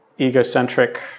egocentric